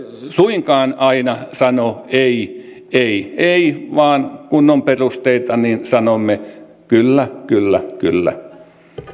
suinkaan aina sano ei ei ei vaan kun on perusteita niin sanomme kyllä kyllä kyllä